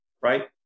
Right